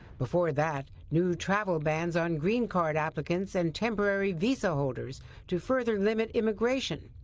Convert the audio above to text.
before that new travel bans on green card applicants and temporary visa holders to further limit immigration.